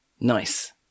Nice